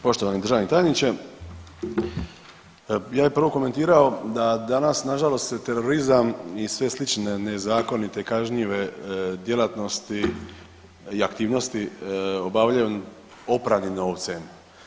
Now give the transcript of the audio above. Poštovani državni tajniče, ja bi prvo komentirao da danas nažalost se terorizam i sve slične nezakonite kažnjive djelatnosti i aktivnosti obavljaju opranim novcem.